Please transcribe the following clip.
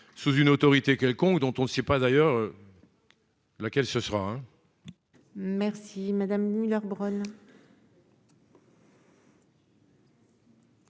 sous une autorité quelconque dont on ne sait pas d'ailleurs. Laquelle ce sera